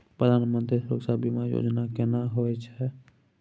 प्रधानमंत्री सुरक्षा बीमा योजना केना होय छै?